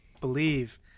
believe